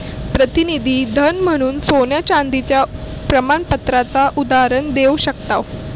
प्रतिनिधी धन म्हणून सोन्या चांदीच्या प्रमाणपत्राचा उदाहरण देव शकताव